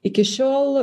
iki šiol